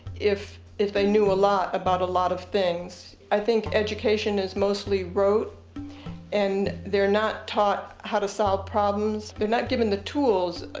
if if they knew a lot about a lot of things. i think education is mostly rote and they're not taught how to solve problems. they're not given the tools,